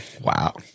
Wow